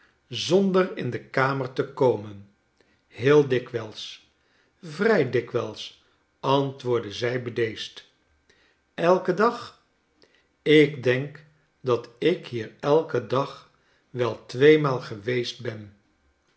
zonder in de kamer te komen heel dikwijls vrij dikwgls antwoordde zij bedeesd elken dag ik denk dat ik hier elken dag wel tweemaal geweest ben